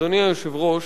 אדוני היושב-ראש,